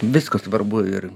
viskas svarbu ir